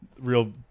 real